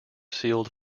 sealed